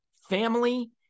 family